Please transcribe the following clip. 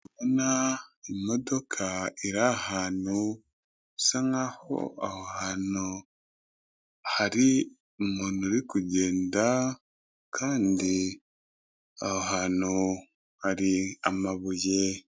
Ndabona imodoka iri ahantu bisa nk'aho aho hantu hari umuntu uri kugenda kandi aho hantu hari amabuye.